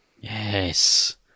Yes